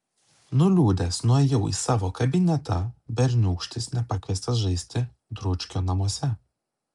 nuliūdęs nuėjau į savo kabinetą berniūkštis nepakviestas žaisti dručkio namuose